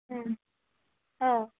होम औ